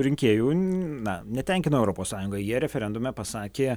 rinkėjų na netenkino europos sąjunga jie referendume pasakė